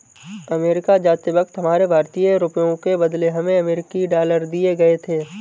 America जाते वक्त हमारे भारतीय रुपयों के बदले हमें अमरीकी डॉलर दिए गए थे